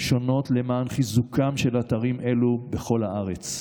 שונות למען חיזוקם של אתרים אלו בכל הארץ.